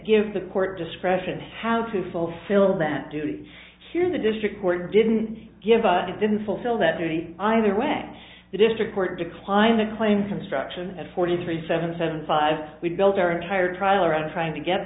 give the court discretion how to fulfil that duty here in the district court and didn't give up and didn't fulfill that duty either way the district court declined the claim construction of forty three seven seven five we've built our entire trial around trying to get